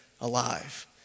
alive